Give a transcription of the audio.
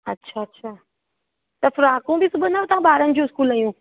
अच्छा अच्छा त फ़्रॉकूं बि सिबंदा आहियो तव्हां ॿारनि जियूं इस्कूल जूं